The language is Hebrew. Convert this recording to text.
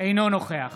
אינו נוכח